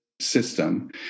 system